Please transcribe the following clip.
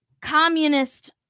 communist